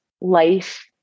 Life